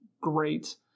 great